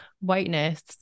whiteness